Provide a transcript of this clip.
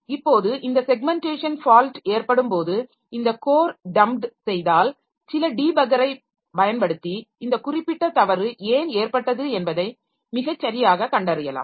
இப்போது இந்த segmentation fault ஏற்படும் போது இந்த கோர் டம்ப்ட் செய்தால் சில டீபக்கரை பயன்படுத்தி இந்த குறிப்பிட்ட தவறு ஏன் ஏற்பட்டது என்பதை மிகச்சரியாக கண்டறியலாம்